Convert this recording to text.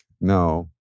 no